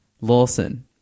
Lawson